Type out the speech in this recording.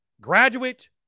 graduate